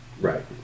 Right